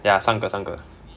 ya 三个三个